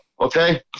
okay